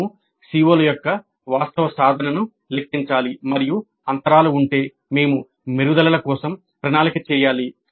మేము CO ల యొక్క వాస్తవ సాధనను లెక్కించాలి మరియు అంతరాలు ఉంటే మేము మెరుగుదలల కోసం ప్రణాళిక చేయాలి